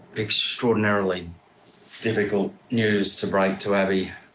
extraordinarily difficult news to break to abii